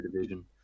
division